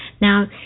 Now